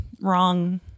wrong